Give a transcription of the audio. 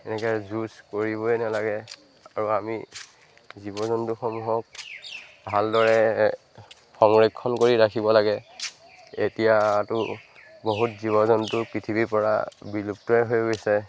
এনেকৈ যুঁজ কৰিবই নালাগে আৰু আমি জীৱ জন্তুসমূহক ভালদৰে সংৰক্ষণ কৰি ৰাখিব লাগে এতিয়াতো বহুত জীৱ জন্তু পৃথিৱীৰ পৰা বিলুপ্তই হৈ গৈছে